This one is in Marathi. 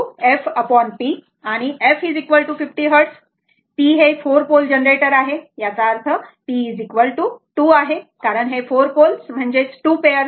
तर n fp आणि जर f 50 हर्ट्झ आणि p हे 4 पोल जनरेटर आहे याचा अर्थ p 2 कारण हे 4 पोल म्हणजे 2 पेअर्स आहे